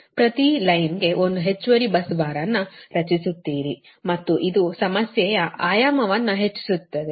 ಪ್ರತಿ ಲೈನ್'ಗೆ ಒಂದು ಹೆಚ್ಚುವರಿ ಬಸ್ ಬಾರ್ ಅನ್ನು ರಚಿಸುತ್ತೀರಿ ಮತ್ತು ಇದು ಸಮಸ್ಯೆಯ ಆಯಾಮವನ್ನು ಹೆಚ್ಚಿಸುತ್ತದೆ